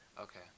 Okay